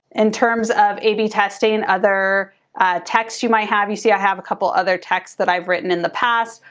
in terms of you be testing and other texts you might have. you see i have a couple other texts that i've written in the past.